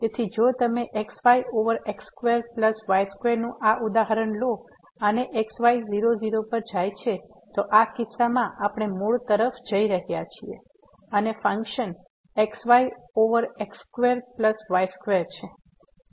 તેથી જો તમે xy over x2 plus y2 નું આ ઉદાહરણ લો અને x y 00 પર જાય છે તો આ કિસ્સામાં આપણે મૂળ તરફ જઈ રહ્યા છીએ અને function xy over x2 plus y2 છે